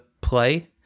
play